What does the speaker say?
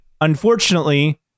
unfortunately